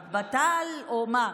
בט"ל, או מה?